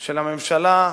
של הממשלה,